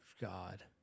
God